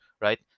Right